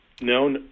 no